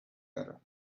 better